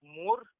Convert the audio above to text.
more